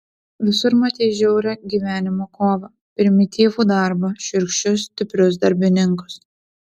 visur matei žiaurią gyvenimo kovą primityvų darbą šiurkščius stiprius darbininkus